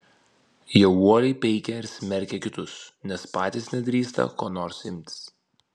jie uoliai peikia ir smerkia kitus nes patys nedrįsta ko nors imtis